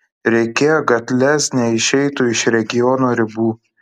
reikėjo kad lez neišeitų iš regiono ribų